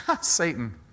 Satan